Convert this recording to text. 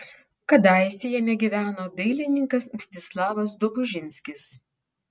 kadaise jame gyveno dailininkas mstislavas dobužinskis